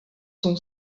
son